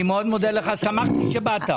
שמחתי שבאת.